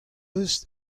eus